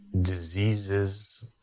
diseases